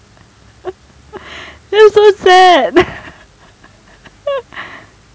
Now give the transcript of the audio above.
that's so sad